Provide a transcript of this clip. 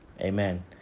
amen